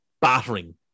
battering